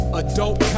adult